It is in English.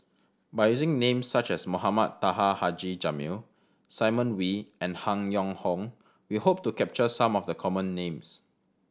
by using names such as Mohamed Taha Haji Jamil Simon Wee and Han Yong Hong we hope to capture some of the common names